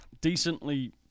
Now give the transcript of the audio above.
decently